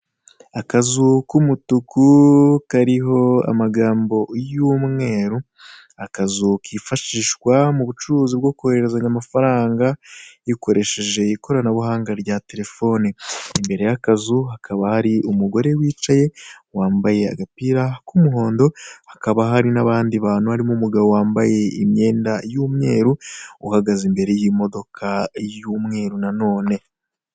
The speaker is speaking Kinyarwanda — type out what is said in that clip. Akazu k'umutuku kariho amagambo y'umweru, akazu kifashishwa mu bucuruzi bwo kohererezanya amafaranga, hikoresheje ikoranabuhanga rya terefone, imbere y'akazu hakaba hari umugore wicaye wambaye agapira k'umuhondo hakaba hari n'abandi bantu harimo umugabo wambaye imyenda y'umweru uhagaze imbere y'imodoka y'umweru na none.